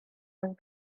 one